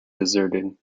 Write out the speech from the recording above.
deserted